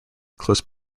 close